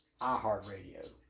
iHeartRadio